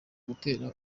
gutera